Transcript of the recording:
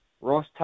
Ross